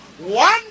One